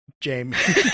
James